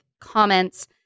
comments